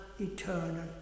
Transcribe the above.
eternal